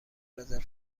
رزرو